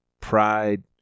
pride